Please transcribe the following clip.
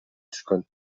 түшкөн